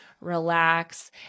relax